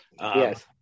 Yes